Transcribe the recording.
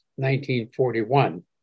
1941